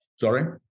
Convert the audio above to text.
Sorry